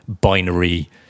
binary